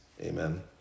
Amen